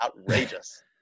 Outrageous